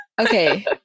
Okay